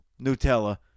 Nutella